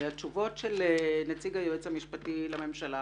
התשובות של נציג היועץ המשפטי לממשלה